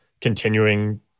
continuing